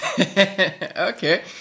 Okay